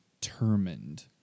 determined